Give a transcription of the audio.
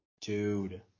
Dude